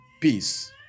peace